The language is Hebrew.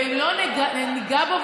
ואם לא ניגע בו,